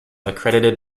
accredited